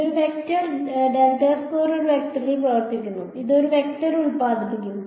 ഇത് ഒരു വെക്റ്റർ ഒരു വെക്ടറിൽ പ്രവർത്തിക്കുന്നു അത് ഒരു വെക്റ്റർ ഉൽപ്പാദിപ്പിക്കും